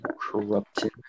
corrupted